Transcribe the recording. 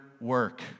work